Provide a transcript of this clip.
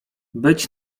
być